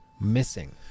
missing